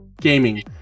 Gaming